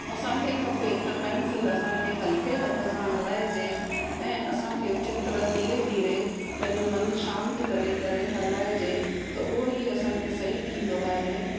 असांखे खपे त पेंसिल असांखे हल्के हथ सां हलाइजे ऐं असांखे चित्र धीरे धीरे पंहिंजो मनु शांत करे करे हलाइजे त उहा ई असांखे सही थींदो आहे